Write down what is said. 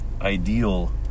ideal